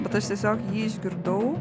bet aš tiesiog jį išgirdau